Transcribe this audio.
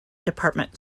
department